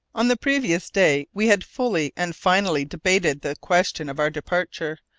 on the previous day we had fully and finally debated the question of our departure,